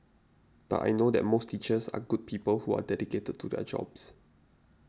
but I know that most teachers are good people who are dedicated to their jobs